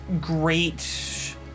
great